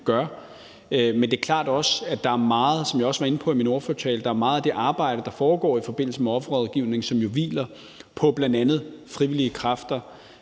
inde på i min tale, er meget af det arbejde, der foregår i forbindelse med offerrådgivning, som hviler bl.a. på frivillige kræfter